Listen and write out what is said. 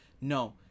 No